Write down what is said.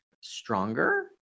stronger